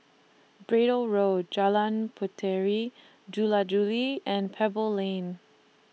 Braddell Road Jalan Puteri Jula Juli and Pebble Lane